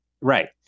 Right